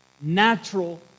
natural